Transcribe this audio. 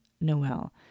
Noel